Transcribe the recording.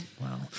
Wow